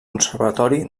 conservatori